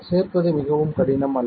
சேர்ப்பது மிகவும் கடினம் அல்ல